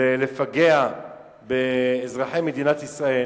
לפגע באזרחי מדינת ישראל,